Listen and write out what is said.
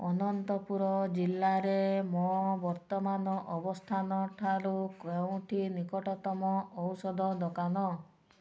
ଅନନ୍ତପୁର ଜିଲ୍ଲାରେ ମୋ ବର୍ତ୍ତମାନ ଅବସ୍ଥାନ ଠାରୁ କେଉଁଠି ନିକଟତମ ଔଷଦ ଦୋକାନ